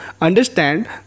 understand